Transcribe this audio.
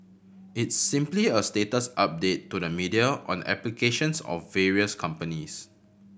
it's simply a status update to the media on the applications of various companies